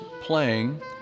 playing